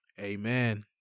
Amen